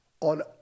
on